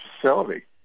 facility